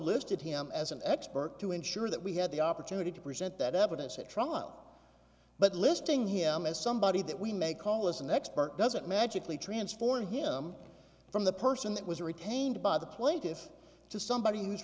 listed him as an expert to ensure that we had the opportunity to present that evidence at trial but listing him as somebody that we may call is an expert doesn't magically transform him from the person that was retained by the plaintiff to somebody who's